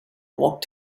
walked